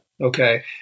Okay